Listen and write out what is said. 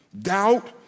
doubt